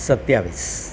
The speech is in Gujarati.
સત્યાવીસ